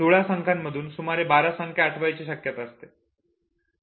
16 संख्यांमधून सुमारे 12 संख्या आठवण्याची शक्यता असते